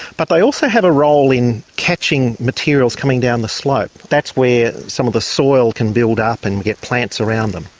but they also have a role in catching materials coming down the slope. that's where some of the soil can build up and get plants around them.